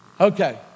Okay